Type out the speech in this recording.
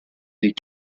des